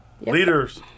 Leaders